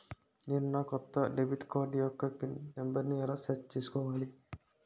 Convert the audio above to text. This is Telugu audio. నేను నా కొత్త డెబిట్ కార్డ్ యెక్క పిన్ నెంబర్ని ఎలా సెట్ చేసుకోవాలి?